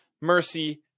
mercy